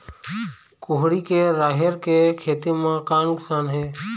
कुहड़ी के राहेर के खेती म का नुकसान हे?